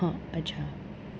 હ અચ્છા